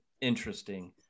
interesting